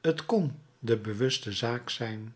t kon de bewuste zaak zijn